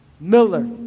miller